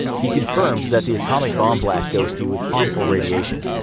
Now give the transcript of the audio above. he confirms that the atomic bomb blast dosed you with harmful radiation.